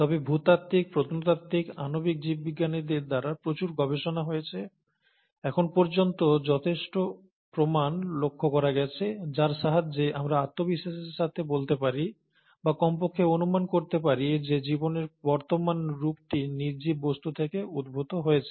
তবে ভূতাত্ত্বিক প্রত্নতাত্ত্বিক আণবিক জীববিজ্ঞানীদের দ্বারা প্রচুর গবেষণা হয়েছে এখন পর্যন্ত যথেষ্ট প্রমাণ লক্ষ্য করা গেছে যার সাহায্যে আমরা আত্মবিশ্বাসের সাথে বলতে পারি বা কমপক্ষে অনুমান করতে পারি যে জীবনের বর্তমান রূপটি নির্জীব বস্তু থেকে উদ্ভূত হয়েছে